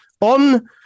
On